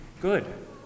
good